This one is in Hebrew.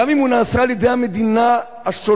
גם אם הוא נעשה על-ידי המדינה השולטת,